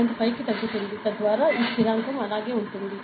5 కి తగ్గుతుంది తద్వారా ఈ స్థిరాంకం అలాగే ఉంటుంది